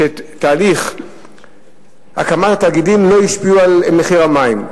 שתהליך הקמת התאגידים לא השפיע על מחיר המים,